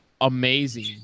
amazing